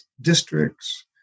districts